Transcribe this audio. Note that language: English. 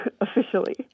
officially